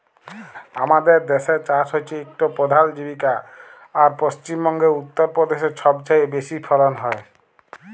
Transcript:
আমাদের দ্যাসে চাষ হছে ইক পধাল জীবিকা আর পশ্চিম বঙ্গে, উত্তর পদেশে ছবচাঁয়ে বেশি ফলল হ্যয়